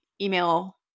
email